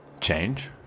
Change